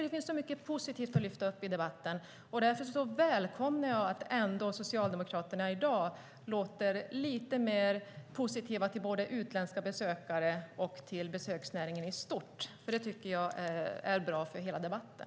Det finns mycket positivt att lyfta upp i debatten. Därför välkomnar jag att Socialdemokraterna i dag låter lite mer positiva till både utländska besökare och besöksnäringen i stort. Det tycker jag är bra för hela debatten.